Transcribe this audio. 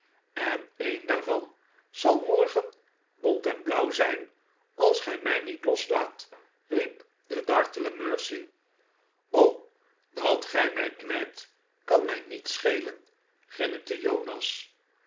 en een daarvan zal morgen bont en blauw zijn als gij mij niet loslaat riep de dartele mercy o r dat gij mij kn ijpt kan mij niet schelen grinnikte jonas